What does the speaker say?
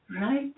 right